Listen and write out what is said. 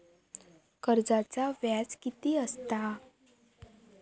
कर्जाचा व्याज कीती असता?